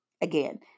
again